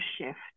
shift